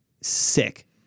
sick